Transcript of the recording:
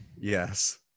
yes